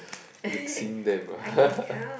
mixing them ah